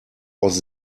aus